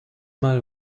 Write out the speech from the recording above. mal